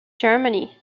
germany